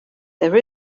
there